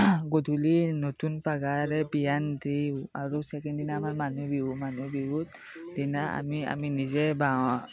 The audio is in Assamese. গধূলি নতুন পঘাৰে বিয়ান দি আৰু ছেকেণ্ড দিনাখান মানুহ বিহু মানুহ বিহুৰ দিনা আমি আমি নিজে